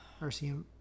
RCM